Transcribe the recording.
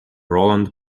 roland